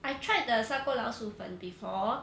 I tried the 砂锅老鼠粉 before